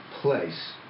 place